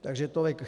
Takže tolik.